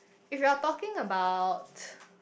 if you are talking about